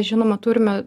žinoma turime